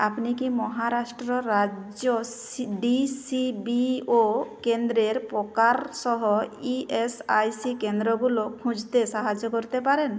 আপনি কি মহারাষ্ট্র রাজ্য সি ডিসিবিও কেন্দ্রের প্রকার সহ ইএসআইসি কেন্দ্রগুলো খুঁজতে সাহায্য করতে পারেন